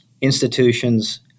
institutions